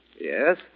Yes